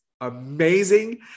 amazing